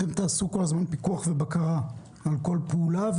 אתם תעשו כל הזמן פיקוח ובקרה על כל פעולה,